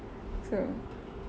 true